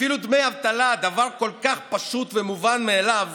אפילו דמי אבטלה, דבר כל כך פשוט ומובן מאליו,